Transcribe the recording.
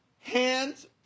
hands